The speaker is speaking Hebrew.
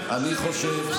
הבנת?